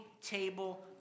table